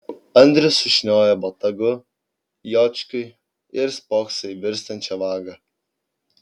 andrius sušnioja botagu juočkiui ir spokso į virstančią vagą